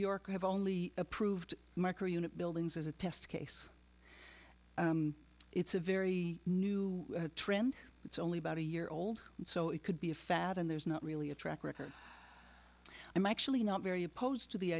have only approved micro unit buildings as a test case it's a very new trend it's only about a year old so it could be a fad and there's not really a track record i'm actually not very opposed to the